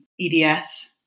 EDS